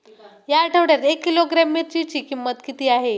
या आठवड्यात एक किलोग्रॅम मिरचीची किंमत किती आहे?